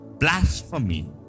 Blasphemy